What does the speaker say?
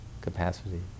capacity